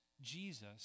Jesus